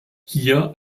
hier